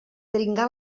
dringar